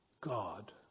God